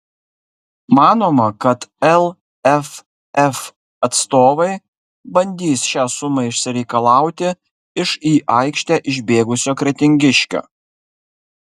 manoma kad lff atstovai bandys šią sumą išsireikalauti iš į aikštę išbėgusio kretingiškio